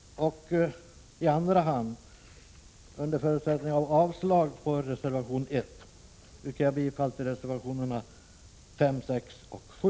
I andra hand, under förutsättning av avslag på reservation 1, yrkar jag bifall till reservationerna 5, 6 och 7.